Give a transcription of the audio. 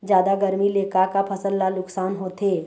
जादा गरमी ले का का फसल ला नुकसान होथे?